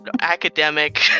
academic